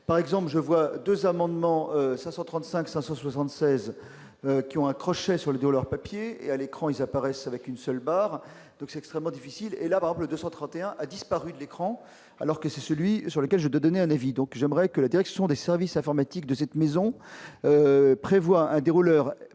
par exemple, je vois 2 amendements 535 576 qui ont accroché sur le dos, leurs papiers et à l'écran, ils apparaissent, avec une seule barre donc c'est extrêmement difficile et la barbe de 131 a disparu de l'écran, alors que c'est celui sur lequel j'ai donné un avis donc j'aimerais que la direction des services informatiques de cette maison prévoit à des rouleurs